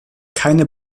keine